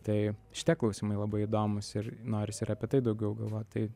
tai šitie klausimai labai įdomūs ir norisi ir apie tai daugiau galvot tai